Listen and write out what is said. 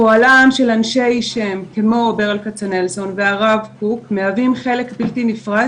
פועלם של אנשי שם כמו בר כצנלסון והרב קוק מהווים חלק בלתי נפרד